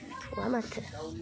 नङा माथो